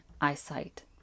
eyesight